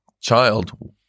child